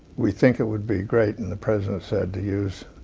we think it would be great, and the president said to use,